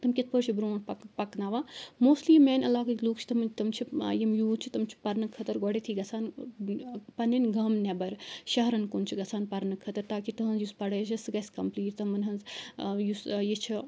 تِم کِتھ پٲٹھۍ چھِ برونٛٹھ پکناوان موسلی یِم میانہِ علاقٕکۍ لُکھ چھِ تم چھ یم یوٗت چھِ تِم چھِ پرنہٕ خٲطرٕ گۄڈنیٚتھٕے گژھان پَنٕنۍ گام نیٚبَر شہرن کُن چھِ گژھان پرنہٕ خٲطرٕ تاکہِ تہٕنٛز یۄس پڑٲے چھِ سۄ گژھِ کمپٕلیٖٹ تمن ہٕنٛز یُس یہِ چھِ